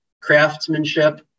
craftsmanship